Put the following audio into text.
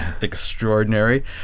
extraordinary